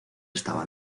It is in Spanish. estaba